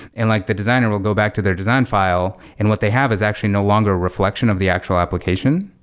and like the designer will go back to their design file and what they have is actually no longer reflection of the actual application,